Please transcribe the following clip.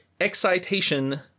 excitation